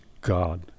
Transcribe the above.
God